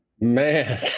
man